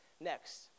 next